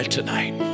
tonight